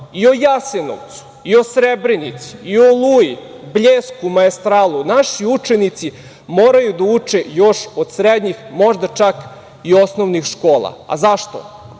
i o Jasenovcu i o Srebrenici i o Oluji, Bljesku, Maestralu naši učenici moraju da uče još od srednjih, možda čak i osnovnih škola. Zašto?